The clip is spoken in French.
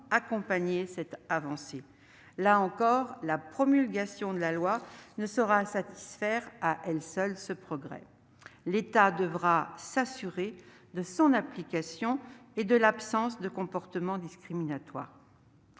accompagner cette avancée. Là encore, la promulgation de la loi ne saurait à elle seule réaliser ce progrès. L'État devra s'assurer de son application et de l'absence de comportements discriminatoires.